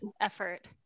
effort